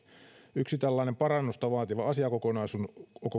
yksi tällainen parannusta vaativa asiakokonaisuus